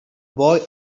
boy